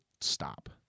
stop